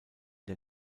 der